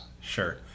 Sure